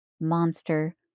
monster